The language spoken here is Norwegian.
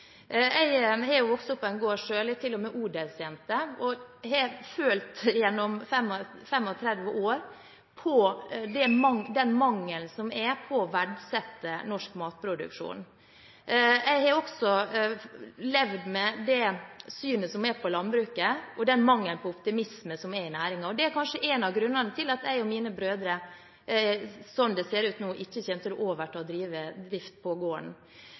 Jeg har vokst opp på en gård selv – jeg er til og med odelsjente – og har gjennom 35 år følt på den manglende verdsettingen av norsk matproduksjon. Jeg har også levd med det synet som er på landbruket, og den mangelen på optimisme som er i næringen, og det er kanskje en av grunnene til at jeg og mine brødre – sånn det ser ut nå – ikke kommer til å overta og drive